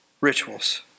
rituals